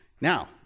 Now